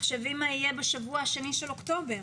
תחשבי מה יהיה בשבוע השני של אוקטובר.